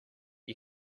you